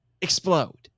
explode